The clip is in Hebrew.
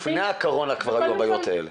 כבר לפני הקורונה היו הבעיות האלה.